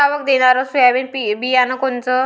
जास्त आवक देणनरं सोयाबीन बियानं कोनचं?